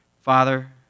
Father